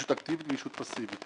ישות אקטיבית וישות פסיבית.